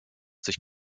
sich